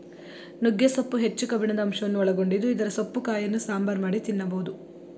ನುಗ್ಗೆ ಸೊಪ್ಪು ಹೆಚ್ಚು ಕಬ್ಬಿಣದ ಅಂಶವನ್ನು ಒಳಗೊಂಡಿದ್ದು ಇದರ ಸೊಪ್ಪು ಕಾಯಿಯನ್ನು ಸಾಂಬಾರ್ ಮಾಡಿ ತಿನ್ನಬೋದು